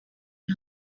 and